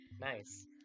Nice